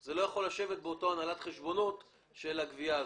זה לא יכול להיות באותה הנהלת חשבונות של הגבייה הזאת.